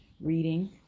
reading